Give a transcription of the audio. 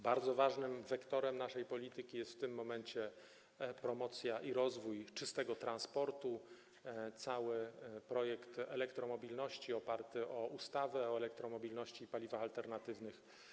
Bardzo ważnym wektorem naszej polityki jest w tym momencie promocja i rozwój czystego transportu, cały projekt elektromobilności oparty na ustawie o elektromobilności i paliwach alternatywnych.